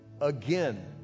again